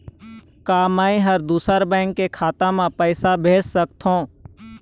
का मैं ह दूसर बैंक के खाता म पैसा भेज सकथों?